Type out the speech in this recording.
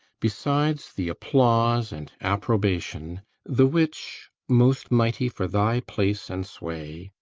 besides the applause and approbation the which, most mighty, for thy place and sway,